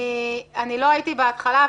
לא הייתי בהתחלה.